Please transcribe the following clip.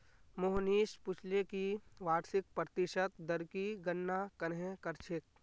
मोहनीश पूछले कि वार्षिक प्रतिशत दर की गणना कंहे करछेक